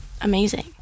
Amazing